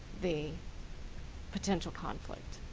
the potential conflict.